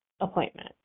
appointment